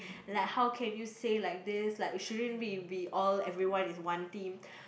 like how can you say like this like shouldn't we we all everyone is one team